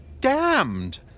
damned